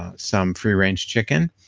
ah some free range chicken.